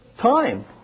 time